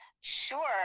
Sure